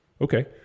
okay